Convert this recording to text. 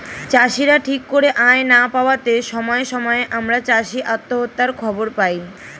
চাষীরা ঠিক করে আয় না পাওয়াতে সময়ে সময়ে আমরা চাষী আত্মহত্যার খবর পাই